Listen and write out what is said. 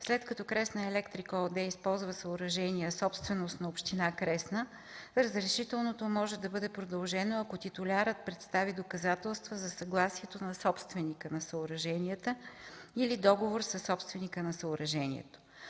след като „Кресна Електрик” ООД използва съоръжения, собственост на община Кресна, разрешителното може да бъде продължено, ако титулярът предостави доказателства за съгласието на собственика на съоръженията или договор със собственика на съоръжението.